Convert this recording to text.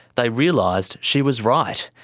they realised she was right,